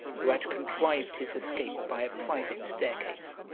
who had contrived his escape by a private staircase.